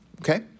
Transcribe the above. okay